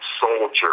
soldier